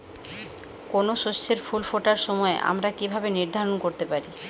কোনো শস্যের ফুল ফোটার সময় আমরা কীভাবে নির্ধারন করতে পারি?